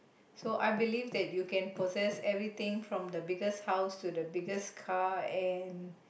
so I believe that you can possess everything from the biggest house to the biggest car and